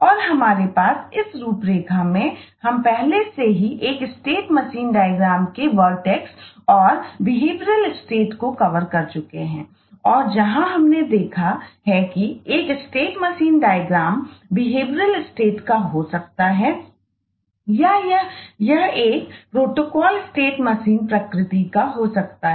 और हमारे पास इस रूपरेखा में हम पहले से ही एक स्टेट मशीन डायग्रामहो सकते हैं